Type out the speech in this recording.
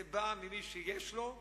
אלא זה בא למי שיש לו,